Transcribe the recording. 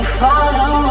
follow